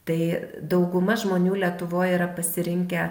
tai dauguma žmonių lietuvoj yra pasirinkę